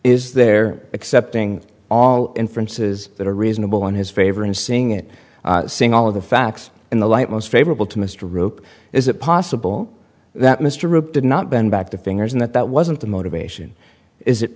is there accepting all inferences that are reasonable in his favor in seeing it seeing all of the facts in the light most favorable to mr rope is it possible that mr rip did not bend back the fingers and that that wasn't the motivation is it